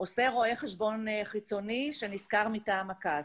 עושה רואה חשבון חיצוני שנשכר מטעם אכ"ס.